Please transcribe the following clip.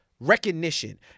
recognition